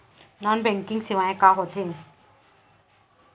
Non banking सेवाएं का होथे?